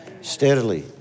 Steadily